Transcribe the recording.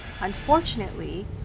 Unfortunately